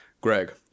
Greg